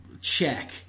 check